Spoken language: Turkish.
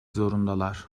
zorundalar